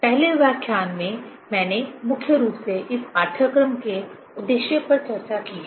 पहले व्याख्यान में मैंने मुख्य रूप से इस पाठ्यक्रम के उद्देश्य पर चर्चा की है